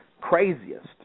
craziest